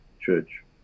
church